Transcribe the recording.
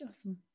Awesome